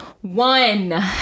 one